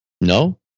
No